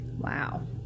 Wow